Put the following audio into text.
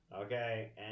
Okay